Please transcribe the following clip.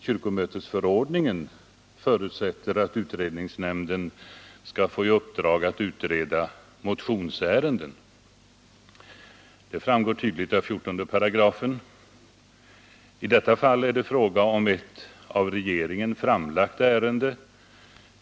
Kyrkomötesförordningen förutsätter att utredningsnämnden skall få i uppdrag att utreda motionsärenden. Det framgår tydligt av 14 8. I detta fall är det fråga om ett av regeringen framlagt ärende.